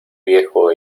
viejo